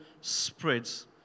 spreads